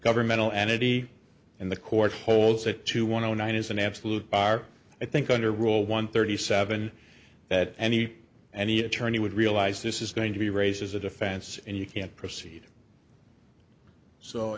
governmental entity and the court holds that to one hundred nine is an absolute bar i think under rule one thirty seven at any and he attorney would realize this is going to be raised as a defense and you can't proceed so